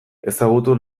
ezagutu